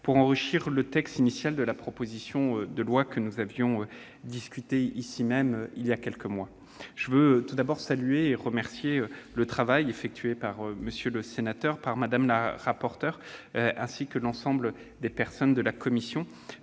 pour enrichir le texte initial de la proposition de loi que nous avions examinée ici même il y a quelques mois. Je veux tout d'abord saluer et remercier pour leur travail M. le sénateur Bruno Gilles, Mme le rapporteur, ainsi que l'ensemble des sénateurs de la commission